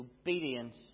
obedience